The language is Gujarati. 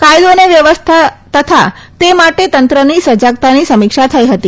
કાયદો અને વ્યવસ્થા તથા તે માટે તંત્રની સજાગતાની સમીક્ષા થઈ હતી